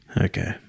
Okay